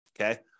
Okay